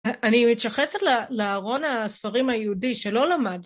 אני מתשחסת לארון הספרים היהודי שלא למד